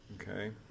Okay